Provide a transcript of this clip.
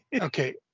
Okay